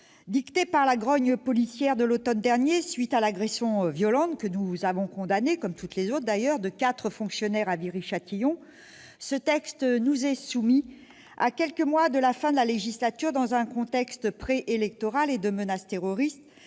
Dicté par la grogne policière de l'automne dernier, à la suite de l'agression violente que nous avons condamnée, comme toutes les autres d'ailleurs, de quatre fonctionnaires à Viry-Châtillon, ce texte nous est soumis à quelques mois de la fin de la législature, dans un contexte préélectoral et de menace terroriste